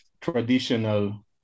traditional